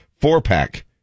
Four-pack